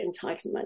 entitlement